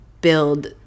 build